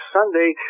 Sunday